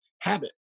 habit